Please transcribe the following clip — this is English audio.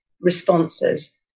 responses